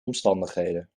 omstandigheden